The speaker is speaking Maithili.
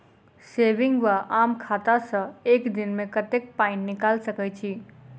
सेविंग वा आम खाता सँ एक दिनमे कतेक पानि निकाइल सकैत छी?